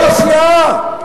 כל הסיעה?